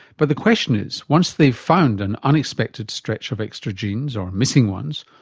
but the question is, once they've found an unexpected stretch of extra genes or missing ones,